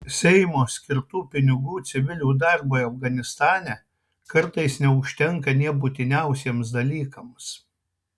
seimo skirtų pinigų civilių darbui afganistane kartais neužtenka nė būtiniausiems dalykams